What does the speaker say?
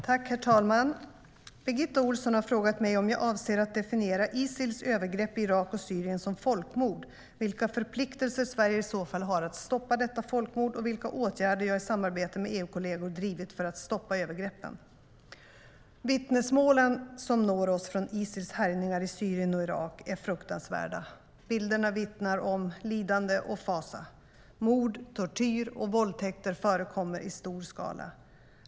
Herr talman! Birgitta Ohlsson har frågat mig om jag avser att definiera Isils övergrepp i Irak och Syrien som folkmord, vilka förpliktelser Sverige i så fall har att stoppa detta folkmord och vilka åtgärder jag i samarbete med EU-kolleger drivit för att stoppa övergreppen. Vittnesmålen som når oss från Isils härjningar i Syrien och Irak är fruktansvärda. Bilderna vittnar om lidande och fasa. Mord, tortyr och våldtäkter förekommer i stor skala.